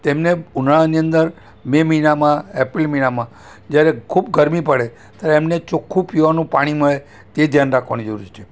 તેમને ઉનાળાની અંદર મે મહિનામાં એપ્રિલ મહિનામાં જ્યારે ખૂબ ગરમી પડે ત્યારે એમને ચોખ્ખું પીવાનું પાણી મળે તે ધ્યાન રાખવાની જરૂર છે